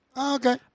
Okay